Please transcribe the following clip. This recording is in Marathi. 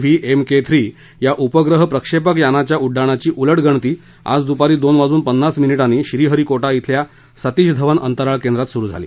व्ही एम के थ्री या उपग्रह प्रक्षेपक यानाच्या उड्डाणाची उलटगणती आज दुपारी दोन वाजून पन्नास मिनिटांनी श्रीहरीकोटा धिल्या सतीश धवन अंतराळ केंद्रात सुरू झाली